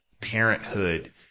Parenthood